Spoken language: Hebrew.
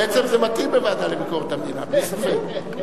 בעצם זה מתאים לוועדה לביקורת המדינה, בלי ספק.